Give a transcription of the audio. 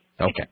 Okay